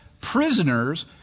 prisoners